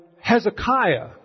Hezekiah